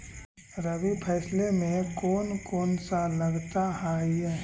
रबी फैसले मे कोन कोन सा लगता हाइय?